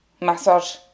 massage